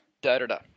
da-da-da